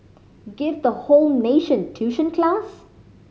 give the whole nation tuition class